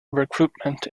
recruitment